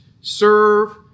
serve